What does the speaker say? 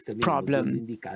problem